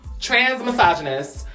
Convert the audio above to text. trans-misogynist